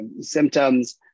symptoms